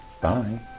Bye